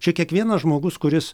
čia kiekvienas žmogus kuris